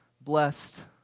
blessed